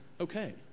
okay